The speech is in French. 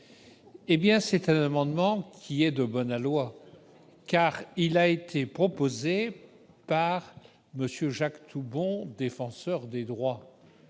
Cet amendement est de bon aloi, car il a été proposé par Jacques Toubon, Défenseur des droits,